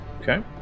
Okay